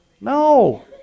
No